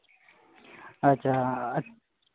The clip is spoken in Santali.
ᱟᱪᱪᱷᱟ